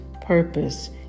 purpose